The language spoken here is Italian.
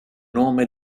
nome